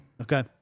Okay